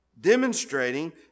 demonstrating